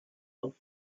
auf